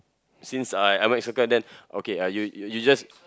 since I I might circle then okay you you just